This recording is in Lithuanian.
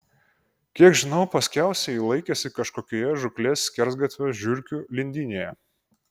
kiek žinau paskiausiai ji laikėsi kažkokioje žūklės skersgatvio žiurkių lindynėje